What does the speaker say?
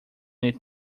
need